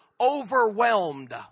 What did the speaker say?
overwhelmed